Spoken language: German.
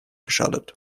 geschadet